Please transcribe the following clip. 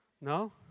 No